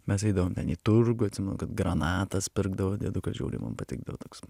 mes eidavom ten į turgų atsimenu kad granatas pirkdavo diedukas žiauriai man patikdavo toks